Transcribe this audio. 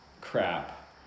crap